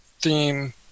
theme